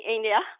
India